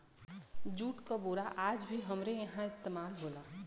jute क बोरा आज भी हमरे इहां इस्तेमाल होला